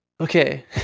okay